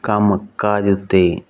ਕੰਮਕਾਜ ਉੱਤੇ